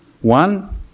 One